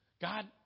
God